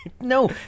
No